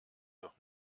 doch